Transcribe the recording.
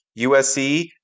USC